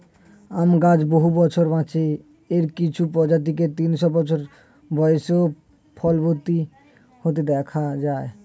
আম গাছ বহু বছর বাঁচে, এর কিছু প্রজাতিকে তিনশো বছর বয়সেও ফলবতী হতে দেখা যায়